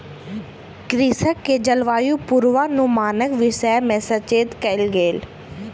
कृषक के जलवायु पूर्वानुमानक विषय में सचेत कयल गेल